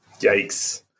yikes